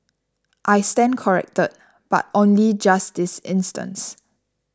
I stand corrected but only just this instance